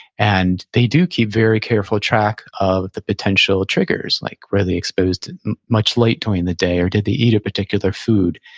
and they do keep very careful track of the potential triggers, like were they exposed to much light during the day, or did they eat a particular food?